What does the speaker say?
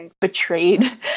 betrayed